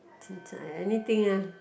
chin-cai I anything ah